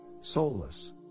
Soulless